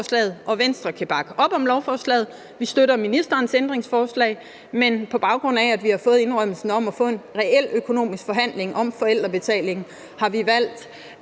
Venstre kan bakke op om lovforslaget. Vi støtter ministerens ændringsforslag. På baggrund af at vi har fået indrømmelsen om at få en reel økonomisk forhandling om forældrebetalingen, har vi valgt